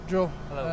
Joe